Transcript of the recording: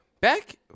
back